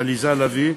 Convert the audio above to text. עליזה לביא,